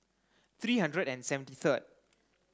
three hundred and seventy third